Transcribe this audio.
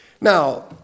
Now